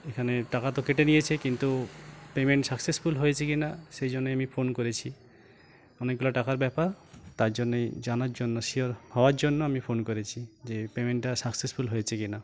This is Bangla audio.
এখানে টাকা তো কেটে নিয়েছে কিন্তু পেমেন্ট সাকসেসফুল হয়েছে কি না সেই জন্যই আমি ফোন করেছি অনেকগুলো টাকার ব্যাপার তার জন্যই জানার জন্য শিওর হওয়ার জন্য আমি ফোন করেছি যে পেমেন্টটা সাকসেসফুল হয়েছে কি না